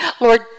Lord